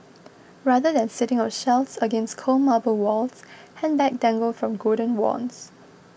rather than sitting on shelves against cold marble walls handbags dangle from golden wands